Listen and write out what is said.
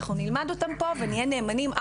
אנחנו נלמד אותן פה ונהיה נאמנים,